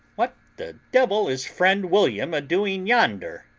what the devil is friend william a-doing yonder?